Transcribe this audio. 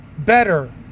Better